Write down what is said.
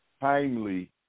timely